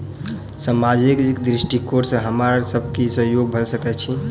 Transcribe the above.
सामाजिक दृष्टिकोण सँ हमरा की सब सहयोग भऽ सकैत अछि?